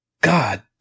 God